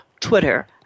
Twitter